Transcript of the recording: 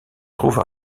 trouve